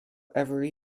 every